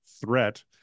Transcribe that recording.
threat